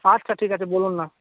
আচ্ছা ঠিক আছে বলুন না